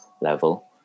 level